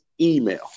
email